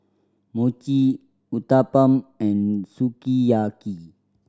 Mochi Uthapam and Sukiyaki